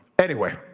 anyway,